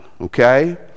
okay